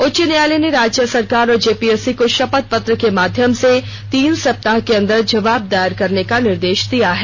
उच्च न्यायालय ने राज्य सरकार और जेपीएससी को षपथ पत्र के माध्यम से तीन सप्ताह के अंदर जवाब दायर करने का निर्देष दिया है